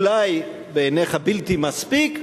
אולי בעיניך בלתי מספיק,